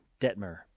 Detmer